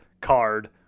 Card